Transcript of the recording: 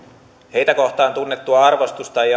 heitä kohtaan tunnettua arvostusta ei